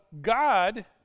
God